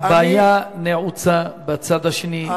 הבעיה נעוצה בצד השני.